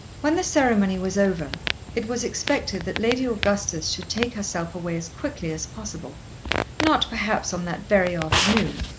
when the ceremony was over it was expected that lady augustus should take herself away as quickly as possible not perhaps on that very afternoon,